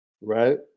right